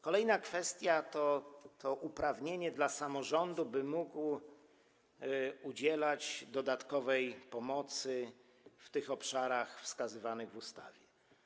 Kolejna kwestia to uprawnienie samorządu do tego, by mógł udzielać dodatkowej pomocy w tych obszarach wskazywanych w ustawie.